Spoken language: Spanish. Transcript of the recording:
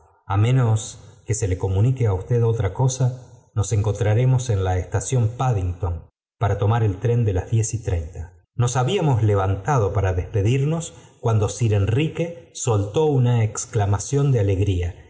á menos que se le comu ñique á usted otra cosa nos encontraremos en la estación paddington para tomar el tren de las diez y treinta nos habíamos levantado para despedimos cuando sir enrique soltó una exclamación de alegría